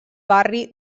barri